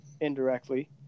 indirectly